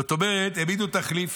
זאת אומרת, העמידו תחליף.